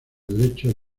derecho